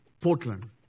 Portland